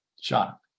shock